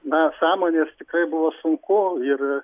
na sąmonės tikrai buvo sunku ir